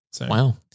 Wow